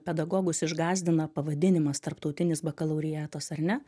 pedagogus išgąsdina pavadinimas tarptautinis bakalaureatas ar ne